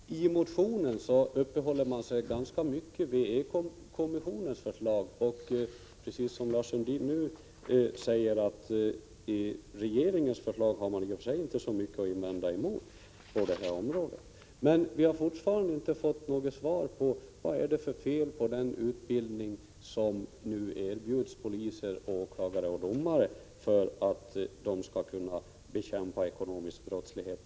Fru talman! I motionen uppehåller man sig ganska mycket vid ekobrottskommissionens förslag, men säger, precis som Lars Sundin nu gör, att man i och för sig inte har så mycket att invända mot regeringens förslag på detta område. Vi har fortfarande inte fått något svar på frågan vad det är för fel på den utbildning som nu erbjuds poliser, åklagare och domare för att de på ett bättre sätt skall kunna bekämpa ekonomisk brottslighet.